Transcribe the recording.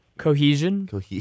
Cohesion